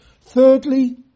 Thirdly